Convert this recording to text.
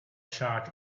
charge